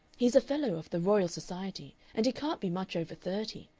he's a fellow of the royal society, and he can't be much over thirty,